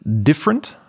Different